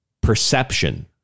perception